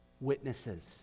witnesses